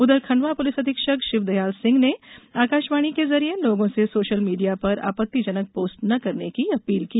उधर खंडवा पुलिस अधीक्षक शिवदयाल सिंह ने आकाशवाणी के जरिए लोगों से सोशल मीडिया पर आपत्तिजनक पोस्ट न करने की अपील की